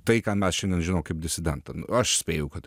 tai ką mes šiandien žinom kaip disidentą nu aš spėju kad